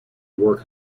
work